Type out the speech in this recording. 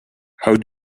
how